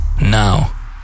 Now